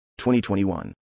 2021